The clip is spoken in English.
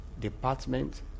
department